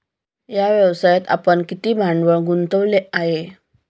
या व्यवसायात आपण किती भांडवल गुंतवले आहे?